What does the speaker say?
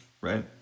right